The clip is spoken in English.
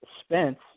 Spence